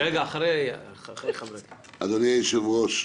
אדוני היושב-ראש,